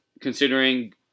considering